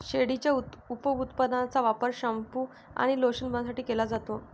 शेळीच्या उपउत्पादनांचा वापर शॅम्पू आणि लोशन बनवण्यासाठी केला जातो